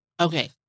Okay